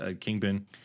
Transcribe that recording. Kingpin